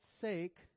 sake